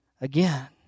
again